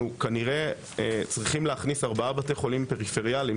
אנחנו צריכים להכניס ארבעה בתי חולים פריפריאליים